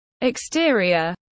exterior